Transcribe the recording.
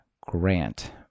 grant